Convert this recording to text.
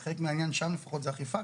חלק מהעניין שם לפחות זה אכיפה